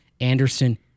Anderson